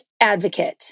advocate